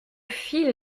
fil